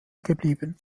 geblieben